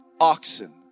oxen